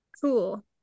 cool